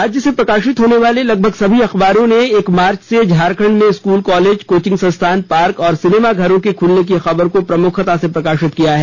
राज्य से प्रकाशित होने वाले लगभग सभी अखबारों ने एक मार्च से झारखंड में स्कूल कॉलेज कोचिंग संस्थान पार्क और सिनेमा घरों के खुलने की खबर को प्रमुखता से प्रकाशित किया है